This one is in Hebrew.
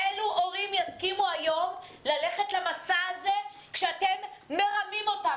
אילו הורים יסכימו היום ללכת למסע הזה כשאתם מרמים אותם?